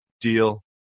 deal